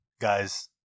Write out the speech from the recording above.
guys